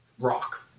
rock